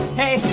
hey